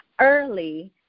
early